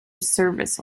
service